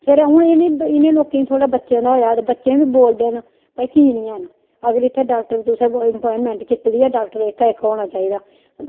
ते हून इ'नें लोकें गी थोह्ड़ा बच्चे दा ऐहा ते बच्चे बी बोलदे न भाई कि निं हैन अगर डाॅक्टर तुसें इत्थै अप्वाइंटमेंट कीती दी ऐ ते डाॅक्टर इक ना इक होना चाहिदा